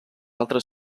altra